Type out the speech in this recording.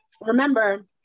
Remember